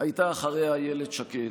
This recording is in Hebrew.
הייתה אחריה אילת שקד,